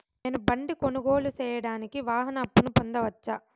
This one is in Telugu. నేను బండి కొనుగోలు సేయడానికి వాహన అప్పును పొందవచ్చా?